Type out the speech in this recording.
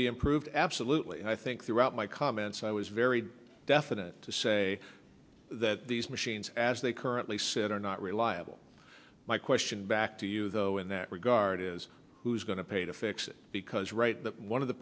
be improved absolutely and i think throughout my comments i was very definite to say that these machines as they currently set not reliable my question back to you though in that regard is who's going to pay to fix it because right now one of the